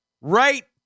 right